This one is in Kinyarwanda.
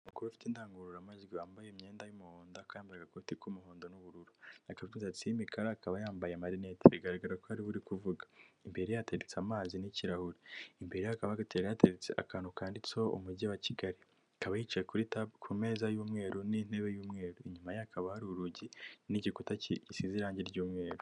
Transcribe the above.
Umugore ufite indangururamajwi wambaye imyenda y'umuhondo, akaba yambaye agakoti k'umuhondo n'ubururu; akabokisi kandi akaba yambaye marineti, bigaragara ko ari we uri kuvuga. Imbere hateretse amazi n'ikirahure. Imbere ye hakaba hateretse akantu kanditseho Umujyi wa Kigali. Akaba yicaye kuri tabu ku meza y'umweru n'intebe y'umweru. Inyuma ye hakaba hari urugi, n'igiku gisize irangi ry'umweru.